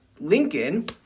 Lincoln